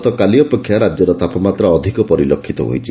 ଗତକାଲି ଅପେକ୍ଷା ରାକ୍ୟର ତାପମାତ୍ରା ଅଧିକ ପରିଲକ୍ଷିତ ହୋଇଛି